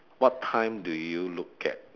what time do you look at